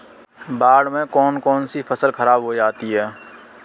बाढ़ से कौन कौन सी फसल खराब हो जाती है?